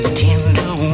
tender